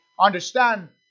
Understand